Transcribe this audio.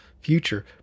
future